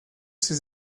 ces